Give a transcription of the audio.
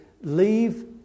leave